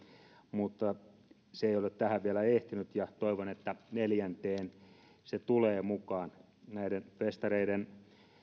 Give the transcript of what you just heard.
mutta se ei ole tähän vielä ehtinyt ja toivon että neljänteen se tulee mukaan näiden festareiden